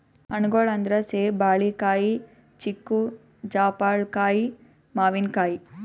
ಹಣ್ಣ್ಗೊಳ್ ಅಂದ್ರ ಸೇಬ್, ಬಾಳಿಕಾಯಿ, ಚಿಕ್ಕು, ಜಾಪಳ್ಕಾಯಿ, ಮಾವಿನಕಾಯಿ